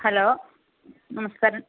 hello നമസ്കാരം